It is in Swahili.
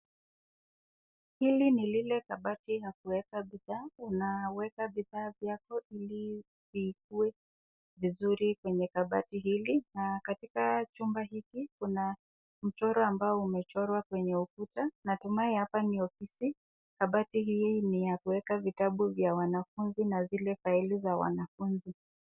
Hili ni lile kabati la kuweka bidhaa. Unaweka vifaa vyako ili vikuwe vizuri kwenye kabati hili na katika chumba hiki kuna mchoro ambao umechorwa katika ukuta natumai hapa ni ofisi, kabati hili ni la kuweka vitabu vya wanafunzi na zile faili za wanafunzi.